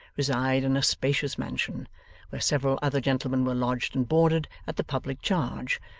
reside in a spacious mansion where several other gentlemen were lodged and boarded at the public charge,